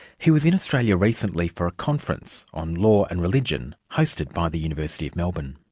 he was in australia recently for a conference on law and religion, hosted by the university of melbourne.